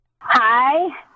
Hi